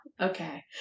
Okay